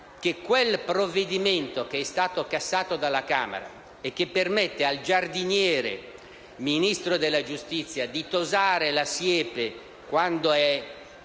il provvedimento che è stato cassato dalla Camera e che permette al "giardiniere" - cioè al Ministro della giustizia - di tosare la siepe quand'è